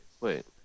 wait